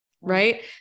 right